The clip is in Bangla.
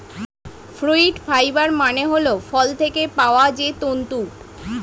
ফ্রুইট ফাইবার মানে হল ফল থেকে পাওয়া যায় যে তন্তু